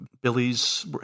Billy's